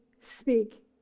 speak